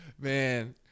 Man